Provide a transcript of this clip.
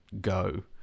go